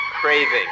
craving